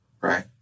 right